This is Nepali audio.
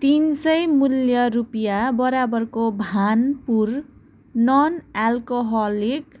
तिन सय मूल्य रुपियाँ बराबरको भानपुर नन अल्कोहलिक